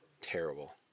Terrible